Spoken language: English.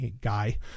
guy